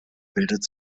bildet